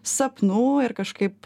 sapnų ir kažkaip